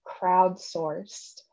crowdsourced